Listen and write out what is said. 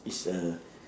is a